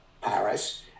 Paris